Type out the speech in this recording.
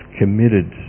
committed